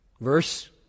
verse